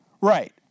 Right